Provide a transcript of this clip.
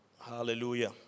Hallelujah